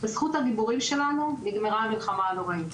בזכות הגיבורים שלנו נגמרה המלחמה הנוראית.